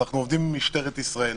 אנחנו עובדים עם משטרת ישראל,